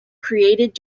created